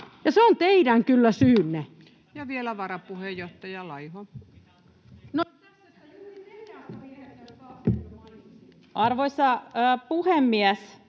mitä Attendo mainitsi. Ja vielä varapuheenjohtaja Laiho. Arvoisa puhemies!